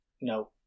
No